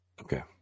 Okay